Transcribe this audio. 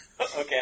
Okay